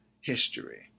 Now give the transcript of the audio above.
history